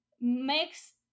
makes